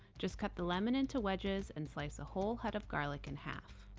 just cut the lemon into wedges and slice a whole head of garlic in half.